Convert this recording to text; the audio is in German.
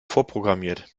vorprogrammiert